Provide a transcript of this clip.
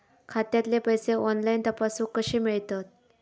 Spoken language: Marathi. खात्यातले पैसे ऑनलाइन तपासुक कशे मेलतत?